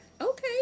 Okay